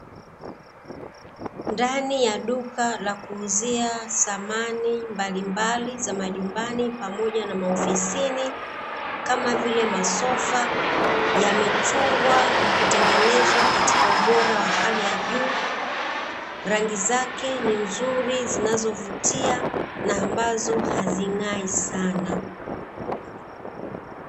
Ndani ya duka la kuuzia samani mbalimbali za majumbani pamoja na maofisini, kama vile masofa yamechongwa na kutengenezwa katika ubora wa hali ya juu, rangi zake ni nzuri zinazovutia na ambazo hazing'ai sana.